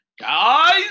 Guys